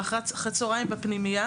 אבל אחר הצהריים, בפנימייה